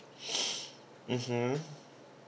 mmhmm